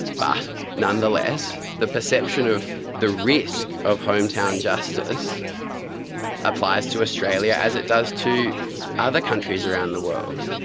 but nonetheless the perception of the risk of hometown justice applies to australia as it does to other countries around the world.